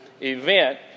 event